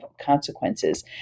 consequences